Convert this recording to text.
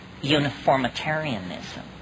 uniformitarianism